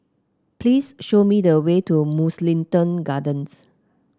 please show me the way to Mugliston Gardens